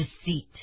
deceit